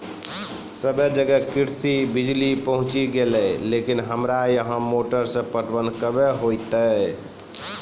सबे जगह कृषि बिज़ली पहुंची गेलै लेकिन हमरा यहाँ मोटर से पटवन कबे होतय?